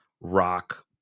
rock